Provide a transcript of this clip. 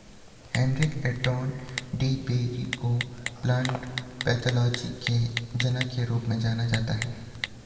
Heinrich Anton de Bary को plant pathology के जनक के रूप में जाना जाता है